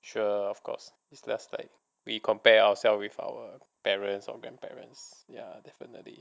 sure of course this last time we compare ourselves with our parents or grandparents ya definitely